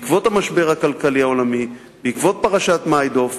בעקבות המשבר הכלכלי העולמי, בעקבות פרשת מיידוף,